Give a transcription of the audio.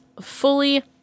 fully